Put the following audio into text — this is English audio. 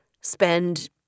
spend